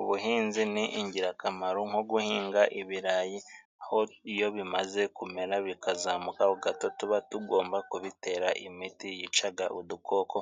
Ubuhinzi ni ingirakamaro nko guhinga ibirayi, iyo bimaze kumera bikazamukaho gato, tuba tugomba kubitera imiti yicaga udukoko,